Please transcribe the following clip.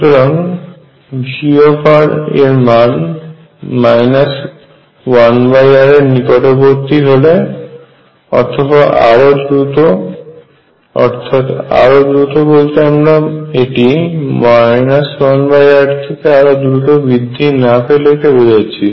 সুতরাং Vr এর মান 1r এর নিকটবর্তী হলে অথবা আরো দ্রুত অর্থাৎ আরও দ্রুত বলতে আমরা এটি 1r থেকে আরো দ্রুত বৃদ্ধি না পেলে কে বোঝাচ্ছি